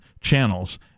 channels